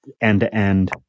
end-to-end